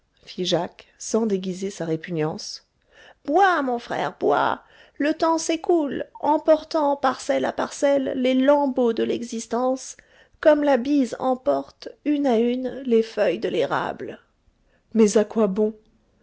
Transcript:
jacques sans déguiser sa répugnance bois mon frère bois le temps s'écoule emportant parcelle à parcelle les lambeaux de l'existence comme la bise emporte une à une les feuilles de l'érable mais